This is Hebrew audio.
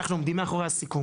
אנחנו עם המדינה מאחורי הסיכום,